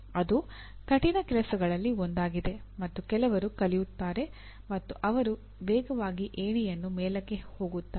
ಅದು ಕಠಿಣ ಕೆಲಸಗಳಲ್ಲಿ ಒಂದಾಗಿದೆ ಮತ್ತು ಕೆಲವರು ಕಲಿಯುತ್ತಾರೆ ಮತ್ತು ಅವರು ವೇಗವಾಗಿ ಏಣಿಯಲ್ಲಿ ಮೇಲಕ್ಕೆ ಹೋಗುತ್ತಾರೆ